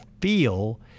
feel